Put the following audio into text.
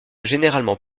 généralement